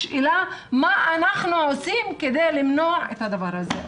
השאלה היא מה אנחנו עושים כדי למנוע את הדבר הזה.